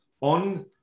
on